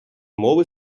мови